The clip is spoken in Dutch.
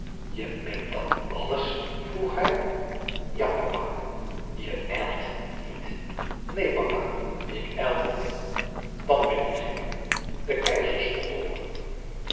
je meent dat alles vroeg hij ja papa je ijlt niet neen papa ik ijl niet dan ben je gek de keizer stond op